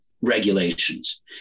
regulations